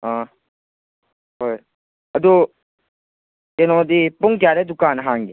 ꯑ ꯍꯣꯏ ꯑꯗꯣ ꯀꯩꯅꯣꯗꯤ ꯄꯨꯡ ꯀꯌꯥꯗ ꯗꯨꯀꯥꯟ ꯍꯥꯡꯒꯦ